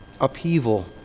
upheaval